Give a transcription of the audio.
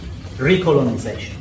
Recolonization